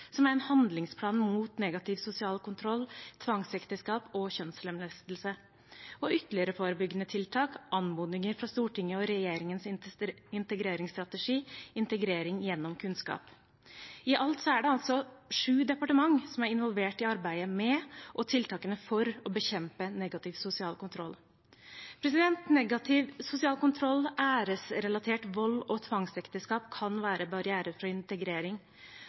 som er en handlingsplan mot negativ sosial kontroll, tvangsekteskap og kjønnslemlestelse, og ytterligere forebyggende tiltak, anmodninger fra Stortinget og regjeringens integreringsstrategi, Integrering gjennom kunnskap. I alt er det altså sju departementer som er involvert i arbeidet med og tiltakene for å bekjempe negativ sosial kontroll. Negativ sosial kontroll, æresrelatert vold og tvangsekteskap kan være barrierer for integrering,